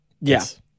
Yes